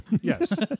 Yes